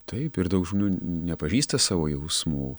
taip ir daug žmonių nepažįsta savo jausmų